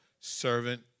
servant